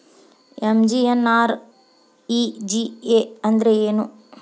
MGNREGA ಅಂದ್ರೆ ಏನು?